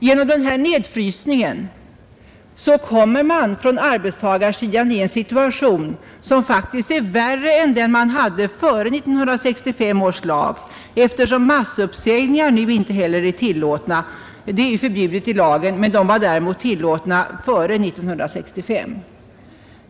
Genom den nedfrysning vi nu får kommer arbetstagarsidan i en situation som faktiskt är värre än den man hade före 1965 års lag, eftersom massuppsägningar nu inte är tillåtna. De är förbjudna i lagen. Men de var tillåtna före 1965.